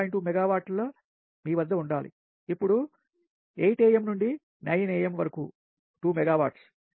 2 మెగావాట్ల మీ వద్ద ఉండాలి ఇప్పుడు 8 am నుండి 9 am వరకు 2 మెగావాట్ల